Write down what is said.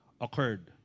occurred